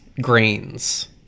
Grains